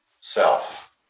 self